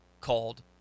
called